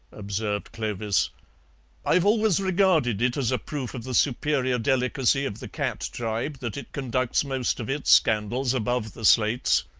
observed clovis i've always regarded it as a proof of the superior delicacy of the cat tribe that it conducts most of its scandals above the slates.